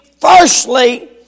firstly